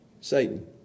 Satan